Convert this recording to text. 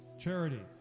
charity